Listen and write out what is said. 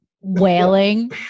wailing